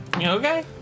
Okay